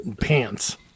pants